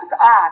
off